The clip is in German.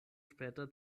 später